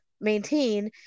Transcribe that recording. maintain